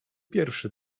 pierwszy